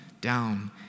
down